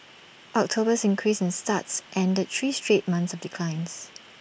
October's increase in starts ended three straight months of declines